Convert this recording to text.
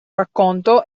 racconto